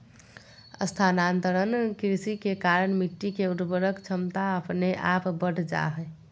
स्थानांतरण कृषि के कारण मिट्टी के उर्वरक क्षमता अपने आप बढ़ जा हय